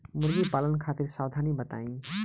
मुर्गी पालन खातिर सावधानी बताई?